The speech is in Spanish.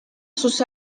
sus